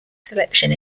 selection